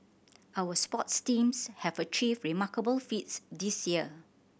our sports teams have achieved remarkable feats this year